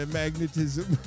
magnetism